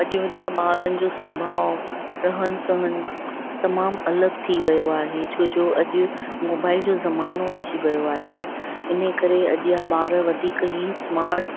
अॼु जे ॿारनि जो सुभाउ रहनि सहनि तमामु अलॻि थी वियो आहे छो जो अॼु मोबाइल जो ज़मानो अची वियो आहे इन करे अॼु जा ॿार वधीक ई स्मार्ट